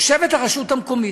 יושבת הרשות המקומית,